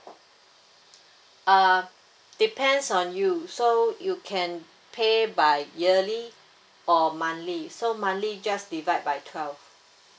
uh depends on you so you can pay by yearly or monthly so monthly just divide by twelve